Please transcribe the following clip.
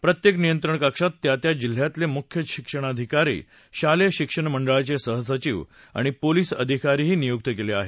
प्रत्येक नियंत्रण कक्षात त्या त्या जिल्ह्यातले मुख्य शिक्षणाधिकारी शालेय शिक्षण मंडळाचे सहसचिव आणि पोलिस अधिकारीही नियुक केले आहेत